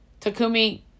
Takumi